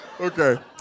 Okay